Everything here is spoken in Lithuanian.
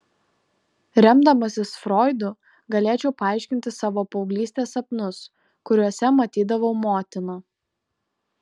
remdamasis froidu galėčiau paaiškinti savo paauglystės sapnus kuriuose matydavau motiną